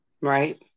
Right